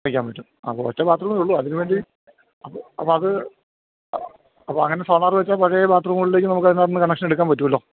വെയ്ക്കാന് പറ്റും അപ്പം ഒറ്റ ബാത്ത് റൂമേ ഉള്ളൂ അതിന് വേണ്ടി അപ്പം അപ്പം അത് അപ്പം അങ്ങനെ സോളാറ് വെച്ചാൽ പഴയ ബാത്ത് റൂമ്കളിലേക്ക് നമുക്ക് അതിനകത്തെന്ന് കണക്ഷനെടുക്കാന് പറ്റുമല്ലോ